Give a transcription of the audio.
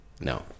no